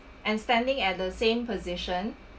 and standing at the same position